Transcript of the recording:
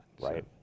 Right